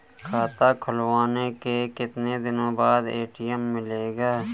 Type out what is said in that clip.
खाता खुलवाने के कितनी दिनो बाद ए.टी.एम मिलेगा?